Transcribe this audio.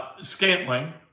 Scantling